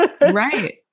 Right